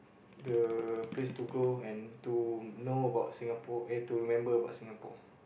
the place to go and to know about Singapore eh to remember about Singapore